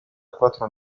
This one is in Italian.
quattro